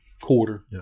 quarter